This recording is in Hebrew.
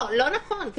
לא נכון.